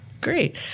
Great